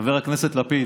חבר הכנסת לפיד,